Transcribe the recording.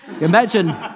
imagine